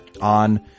on